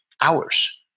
hours